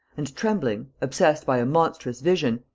and, trembling, obsessed by a monstrous vision,